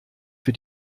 für